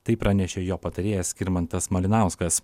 tai pranešė jo patarėjas skirmantas malinauskas